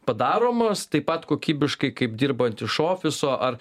padaromos taip pat kokybiškai kaip dirbant iš ofiso ar